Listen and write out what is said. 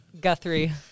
Guthrie